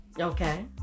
Okay